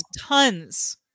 Tons